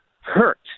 hurt